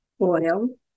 oil